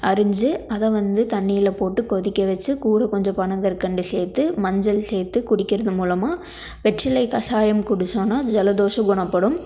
அரிஞ்சு அதை வந்து தண்ணியில் போட்டு கொதிக்க வச்சு கூட கொஞ்சம் பனங்கற்கண்டு சேர்த்து மஞ்சள் சேர்த்து குடிக்கிறது மூலமாக வெற்றிலை கசாயம் குடிச்சோம்னா ஜலதோஷம் குணப்படும்